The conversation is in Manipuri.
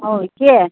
ꯑꯧ ꯏꯆꯦ